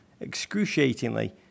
excruciatingly